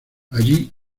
allí